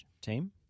team